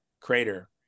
Crater